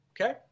Okay